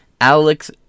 Alex